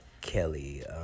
kelly